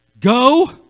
Go